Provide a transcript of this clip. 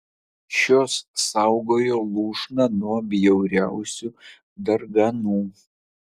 šios saugojo lūšną nuo bjauriausių darganų